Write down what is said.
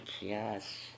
yes